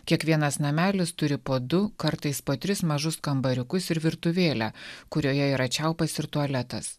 kiekvienas namelis turi po du kartais po tris mažus kambariukus ir virtuvėlę kurioje yra čiaupas ir tualetas